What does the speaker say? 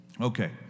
Okay